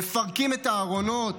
מפרקים את הארונות,